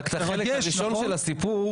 רק את החלק הראשון של הסיפור,